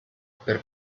per